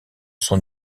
son